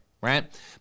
right